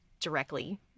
directly